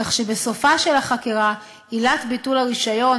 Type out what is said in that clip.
כך שבסופה של החקירה עילת ביטול הרישיון,